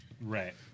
Right